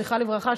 זכרה לברכה,